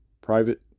private